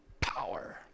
Power